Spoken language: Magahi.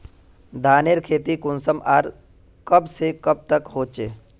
धानेर खेती कुंसम आर कब से कब तक होचे?